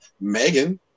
Megan